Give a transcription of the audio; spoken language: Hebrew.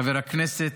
חבר הכנסת